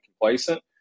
complacent